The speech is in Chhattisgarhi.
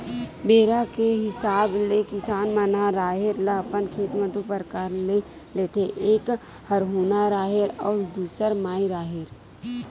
बेरा के हिसाब ले किसान मन ह राहेर ल अपन खेत म दू परकार ले लेथे एक हरहुना राहेर अउ दूसर माई राहेर